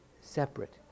separate